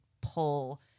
pull